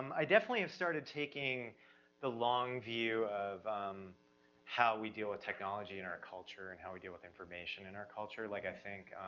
i definitely have started taking the long view of um how we deal with ah technology in our culture, and how we deal with information in our culture. like i think